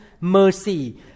mercy